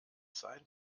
sein